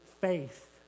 faith